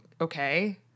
okay